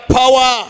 power